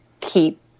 keep